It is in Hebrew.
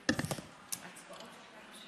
שלוש דקות.